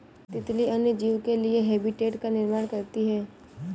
तितली अन्य जीव के लिए हैबिटेट का निर्माण करती है